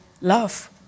love